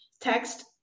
text